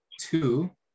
two